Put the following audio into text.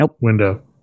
window